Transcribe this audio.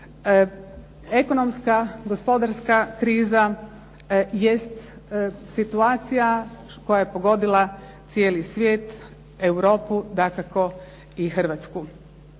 ekonomska gospodarska kriza jest situacija koja je pogodila cijeli svijet, Europu, dakako i Hrvatsku.